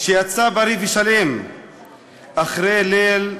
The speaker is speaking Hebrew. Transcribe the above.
שיצא בריא ושלם אחרי "ליל בובולינה"